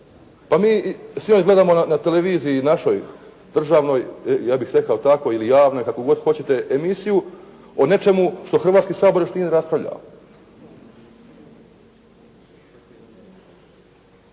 Pa mi sve gledamo na televiziji našoj državnoj, ja bih rekao tako, ili javnoj, kako god hoćete emisiju o nečemu što Hrvatski sabor još nije raspravljao.